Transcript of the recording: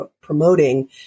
promoting